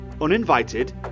uninvited